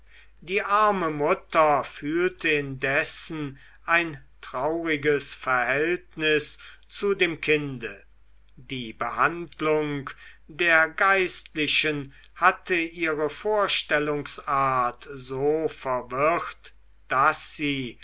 die arme mutter fühlte indessen ein trauriges verhältnis zu dem kinde die behandlung des geistlichen hatte ihre vorstellungsart so verwirrt daß sie